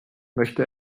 möchte